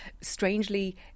Strangely